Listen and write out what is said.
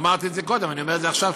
אמרתי את זה קודם ואני אומר את זה עכשיו,